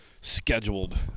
scheduled